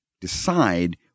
decide